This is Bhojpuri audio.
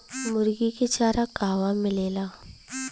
मुर्गी के चारा कहवा मिलेला?